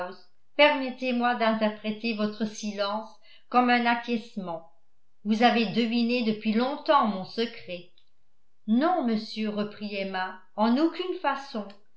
permettez-moi d'interpréter votre silence comme un acquiescement vous avez deviné depuis longtemps mon secret non monsieur reprit emma en aucune façon